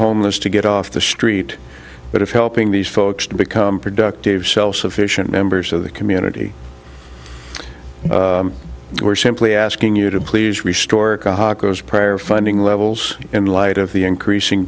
homeless to get off the street but helping these folks to become productive self sufficient members of the community we're simply asking you to please restore prior funding levels in light of the increasing